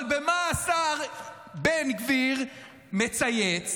אבל מה השר בן גביר מצייץ?